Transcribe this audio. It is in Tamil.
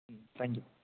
ம் தேங்க் யூ